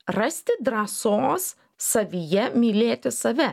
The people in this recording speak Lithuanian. rasti drąsos savyje mylėti save